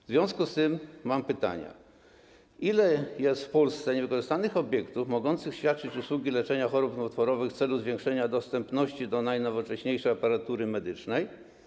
W związku z tym mam pytania: Ile jest w Polsce niewykorzystanych obiektów mogących świadczyć usługi leczenia chorób nowotworowych w celu zwiększenia dostępu do najnowocześniejszej aparatury medycznej?